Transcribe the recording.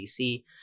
DC